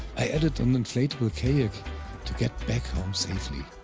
i added an inflatable kayak to get back home safely.